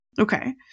Okay